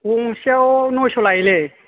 गंसेयाव नयस' लायोलै